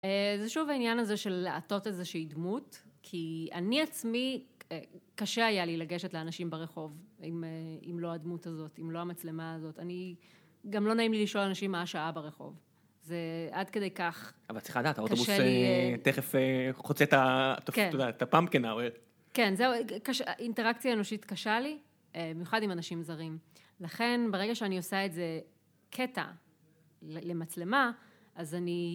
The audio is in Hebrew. זה שוב העניין הזה של לעטות איזושהי דמות, כי אני עצמי קשה היה לי לגשת לאנשים ברחוב, אם לא הדמות הזאת, אם לא המצלמה הזאת, אני... גם לא נעים לי לשאול אנשים מה השעה ברחוב. זה עד כדי כך קשה לי... אבל צריכה לדעת, האוטובוס תכף חוצה את הפאמפקנה. כן, זהו, אינטראקציה אנושית קשה לי, במיוחד עם אנשים זרים. לכן, ברגע שאני עושה את זה קטע למצלמה, אז אני...